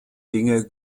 dinge